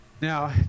Now